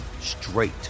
straight